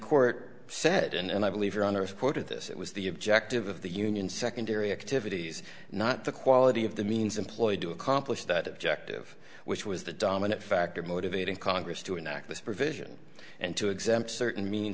court said and i believe your honor supported this it was the objective of the union secondary activities not the quality of the means employed to accomplish that objective which was the dominant factor motivating congress to enact this provision and to exempt certain means